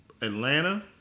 Atlanta